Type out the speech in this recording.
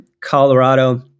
Colorado